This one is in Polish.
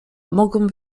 mogą